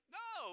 no